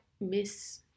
miss